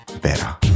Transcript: better